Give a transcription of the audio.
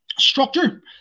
structure